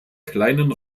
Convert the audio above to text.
kleinen